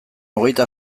hogeita